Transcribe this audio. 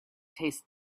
tastes